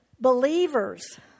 believers